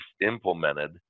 implemented